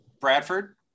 Bradford